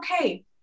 okay